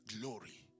glory